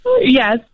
Yes